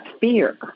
fear